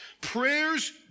Prayers